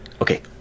Okay